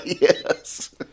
yes